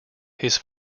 his